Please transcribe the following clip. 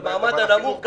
של המעמד הנמוך,